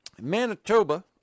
Manitoba